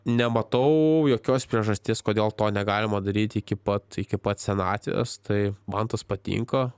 nematau jokios priežasties kodėl to negalima daryti iki pat iki pat senatvės tai man tas patinka